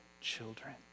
children